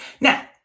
Now